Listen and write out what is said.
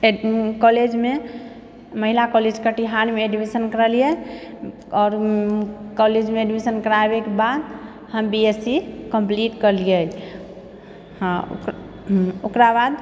कॉलेजमे महिला कॉलेज कटिहारमे एडमिशन करौलिए आओर कॉलेजमे एडमिशन कराबैके बाद हम बी एस सी कम्प्लीट करलिए हँ ओकराबाद